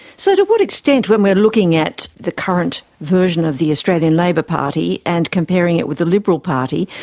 so to what extent, when we're looking at the current version of the australian labor party and comparing it with the liberal party,